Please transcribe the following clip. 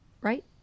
right